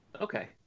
Okay